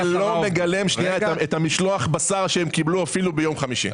זה לא מגלם את משלוח הבשר שהם קיבלו אפילו ביום חמישי.